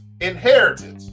inheritance